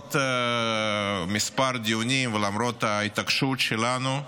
למרות כמה דיונים ולמרות ההתעקשות שלנו,